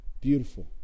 beautiful